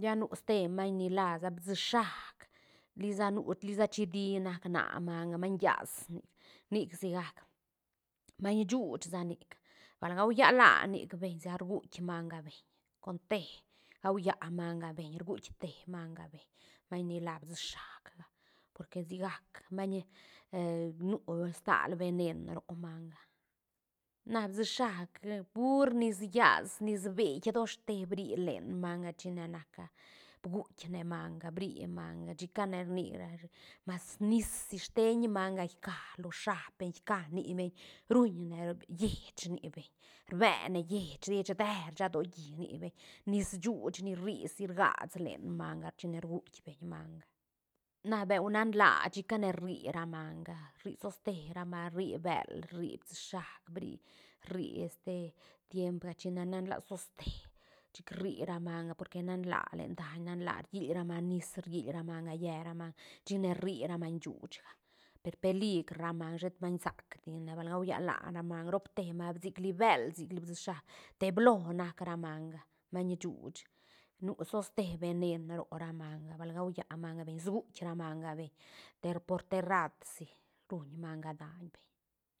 lla nu ste maiñ ni lasa bsi shaac lisa nu lisa chidi nac na manga maiñ llas nic nic si gac maiñ shuuch sa nic bal gauya la nic beñ sigac rguitk manga beñ con te gauya manga beñ rguitk te manga beñ maiñ ni la bsi shaacga porque sigac maiñ nu stal venen ro manga na bsi shaac pur nis llas nis beit toste bri len manga china nac a bguitk ne manga bri manga chicane rni rashi mas nis si steiñ manga khiä los shab beñ khiä ni beñ ruñ ne lleëts ni beñ rbene lleëts- lleëts dee rshadolli ni beñ nis shuuch ni ri si rgats len manga chine rguitk beñ manga na beu nan laa chicane rri ra manga rri soste ra manga rri bël rri bsi shaac bri rri este tiemga china nan laa toste chic rri ra manga porque nanla len daiñ nanla riïl ra manga nis riïl ra manga yë ra manga chicane rri ra maiñ shuuch ga per peligra ra manga shet maiñ sac dine bal gauyala manga roob te ramanga sigli bël sigli bsi shaac te blo nac ra manga maiñ shuuch nu soste benen ro ra manga bal gauya manga beñ sguitk ra manga beñ per por te rratsi ruñ manga daiñ beñ.